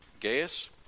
Gaius